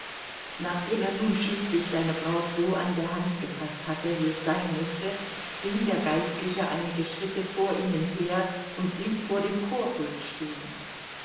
nachdem er nun schließlich seine braut so an der hand gefaßt hatte wie es sein mußte ging der geistliche einige schritte vor ihnen her und blieb vor dem chorpult stehen